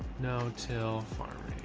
no till farming.